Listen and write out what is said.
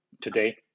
today